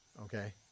Okay